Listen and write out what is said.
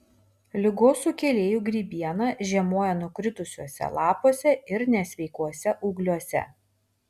ligos sukėlėjų grybiena žiemoja nukritusiuose lapuose ir nesveikuose ūgliuose